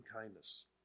kindness